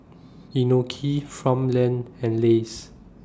Inokim Farmland and Lays